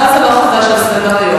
הנושא הזה לא חדש על סדר-היום,